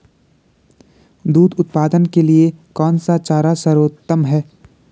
दूध उत्पादन के लिए कौन सा चारा सर्वोत्तम है?